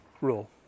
rule